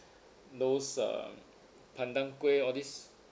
those um pandan kueh all this